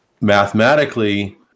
mathematically